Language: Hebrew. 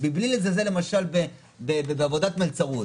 מבלי לזלזל למשל בעבודת מלצרות,